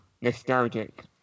nostalgic